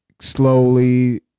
slowly